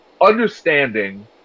understanding